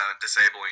disabling